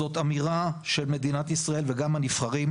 זאת אמירה של מדינת ישראל וגם הנבחרים,